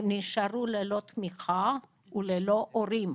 הם נשארו ללא תמיכה וללא הורים,